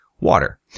water